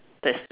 that's